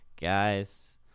guys